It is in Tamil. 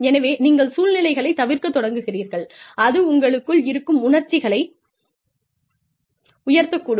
எனவே நீங்கள் சூழ்நிலைகளைத் தவிர்க்கத் தொடங்குகிறீர்கள் அது உங்களுக்குள் இருக்கும் உணர்ச்சிகளை உயர்த்தக் கூடும்